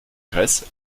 grèce